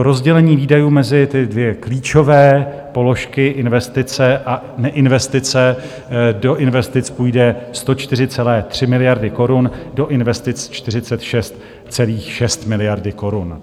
Rozdělení výdajů mezi ty dvě klíčové položky, investice a neinvestice do investic půjde 104,3 miliardy korun, do investic 46,6 miliardy korun.